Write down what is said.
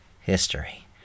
history